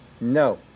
No